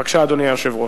בבקשה, אדוני היושב-ראש.